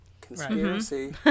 Conspiracy